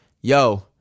yo